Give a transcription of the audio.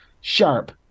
sharp